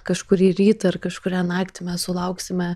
kažkurį rytą ar kažkurią naktį mes sulauksime